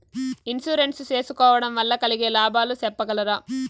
Insurance సేసుకోవడం వల్ల కలిగే లాభాలు సెప్పగలరా?